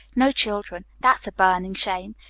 no children. that's a burning shame!